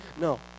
No